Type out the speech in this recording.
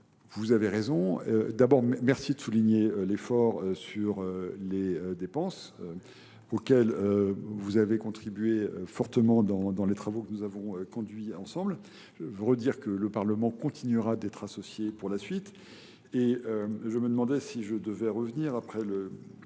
vous avez raison. D'abord, merci de souligner l'effort sur les dépenses auxquelles vous avez contribué fortement dans les travaux que nous avons conduits ensemble. Je veux redire que le Parlement continuera d'être associé pour la suite. et je me demandais si je devais revenir après